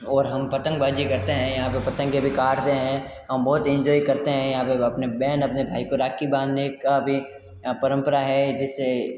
और हम पतंगबाजी करते हैं यहाँ पर पतंगे भी काटते हैं हम बहुत ही इंजॉय करते हैं यहाँ पे अपने बहन अपने भाई को राखी बांधने का भी यहाँ परम्परा है जिसे